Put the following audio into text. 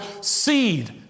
seed